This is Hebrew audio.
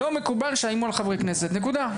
לא מקובל שיאיימו על חברי כנסת, נקודה.